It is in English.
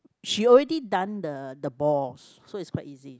she already done the the ball so it's quite easy